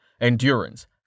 Endurance